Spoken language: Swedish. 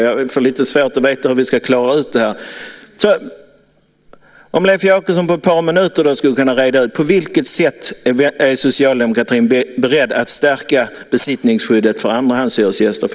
Det är svårt att veta hur vi ska klara ut det här. Jag skulle vilja att Leif Jakobsson på ett par minuter reder ut på vilket sätt Socialdemokraterna är beredda att stärka besittningsskyddet för andrahandshyresgäster.